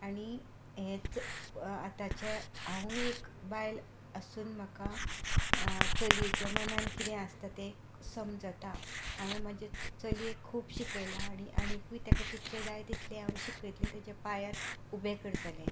आनी हेंच आतांच्या हांवूंय एक बायल आसून म्हाका चलयेच्या मनांत कितें आसता तें समजतां हांवें म्हाजे चलयेक खूब शिकयलां आनी आनीकूय ताका कितलें जाय तितलें हांव शिकयतलें तेच्या पांयार उबें करतलें